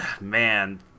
man